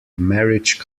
marriage